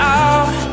out